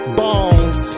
bones